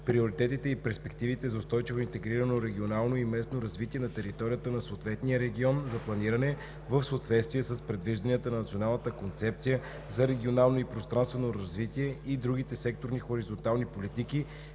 приоритети и перспективи за устойчиво интегрирано регионално и местно развитие на територията на съответния регион за планиране в съответствие с предвижданията на Националната концепция за регионално и пространствено развитие и другите секторни и хоризонтални политики,